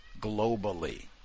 globally